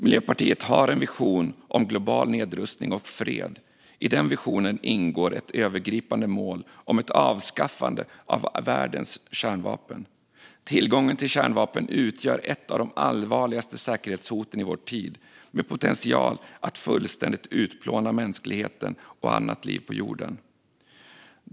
Miljöpartiet har en vision om global nedrustning och fred. I den visionen ingår ett övergripande mål om ett avskaffande av världens kärnvapen. Tillgången till kärnvapen utgör ett av de allvarligaste säkerhetshoten i vår tid, med potential att fullständigt utplåna mänskligheten och annat liv på jorden.